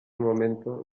momento